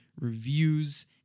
reviews